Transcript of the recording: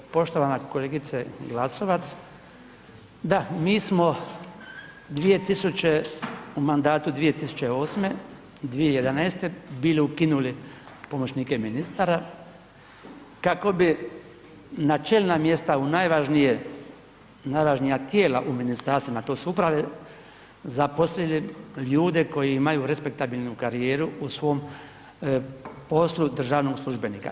Poštovana kolegice Glasovac, da mi smo 2000 u mandatu 2008. – 2011. bili ukinuli pomoćnike ministara kako bi na čelna mjesta u najvažnije, najvažnija tijela u ministarstvima, a to su uprave zaposlili ljude koji imaju respektabilnu karijeru u svom poslu državnog službenika.